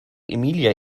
emilia